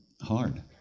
hard